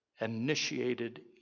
initiated